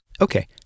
Okay